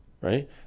right